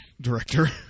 director